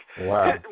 Wow